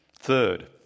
Third